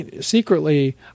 secretly